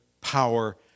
power